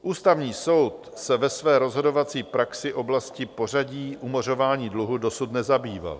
Ústavní soud se ve své rozhodovací praxi oblastí pořadí umořování dluhu dosud nezabýval.